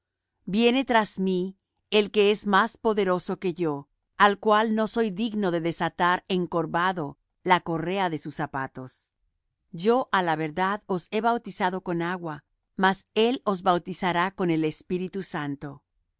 viene tras mí el que es más poderoso que yo al cual no soy digno de desatar encorvado la correa de sus zapatos yo á la verdad os he bautizado con agua mas él os bautizará con espíritu santo